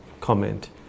comment